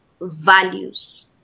values